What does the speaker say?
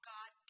God